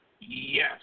Yes